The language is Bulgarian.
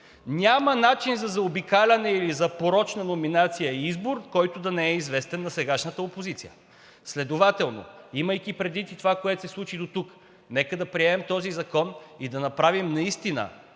Няма начин за заобикаляне или за порочна номинация, избор, който да не е известен на сегашната опозиция. Следователно, имайки предвид и това, което се случи дотук, нека да приемем този закон и да направим наистина